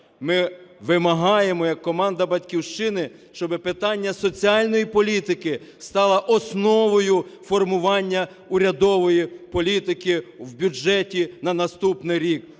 Ми вимагаємо як команда "Батьківщини", щоб питання соціальної політики стало основою формування урядової політики в бюджеті на наступний рік.